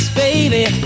baby